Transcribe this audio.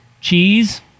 cheese